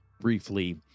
briefly